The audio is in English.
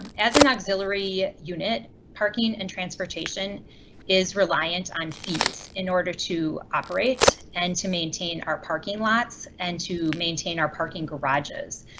um as an auxiliary unit, parking and transportation is reliant on fees in order to operate and to maintain our parking lots and to maintain our parking garages.